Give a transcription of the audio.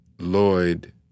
Lloyd